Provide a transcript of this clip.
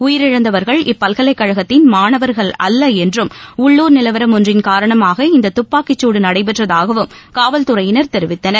உயிரிழந்தவர்கள் இப்பல்கலைக்கழகத்தின் மாணவர்கள் அல்ல என்றும் உள்ளுர் நிலவரம் ஒன்றின் காரணமாக இந்த துப்பாக்கிச் சூடு நடைபெற்றதாகவும் காவல்துறையினர் தெரிவித்தனர்